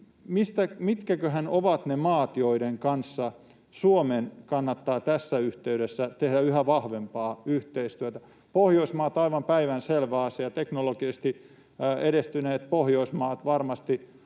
mitkäköhän ovat ne maat, joiden kanssa Suomen kannattaa tässä yhteydessä tehdä yhä vahvempaa yhteistyötä. Pohjoismaat — aivan päivänselvä asia, että teknologisesti edistyneet Pohjoismaat — varmasti ovat